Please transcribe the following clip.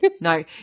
No